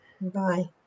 Bye